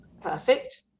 perfect